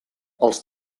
els